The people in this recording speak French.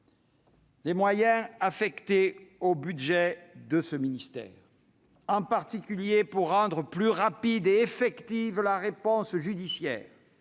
des moyens affectés au budget de ce ministère, notamment pour rendre plus rapide et effective la réponse judiciaire,